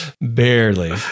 Barely